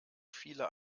viele